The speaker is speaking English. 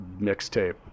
mixtape